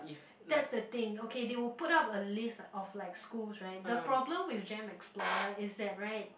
that's the thing okay they will put up a list of like schools right the problem with gem explorer is that right